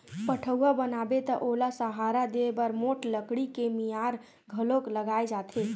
पठउहाँ बनाबे त ओला सहारा देय बर मोठ लकड़ी के मियार घलोक लगाए जाथे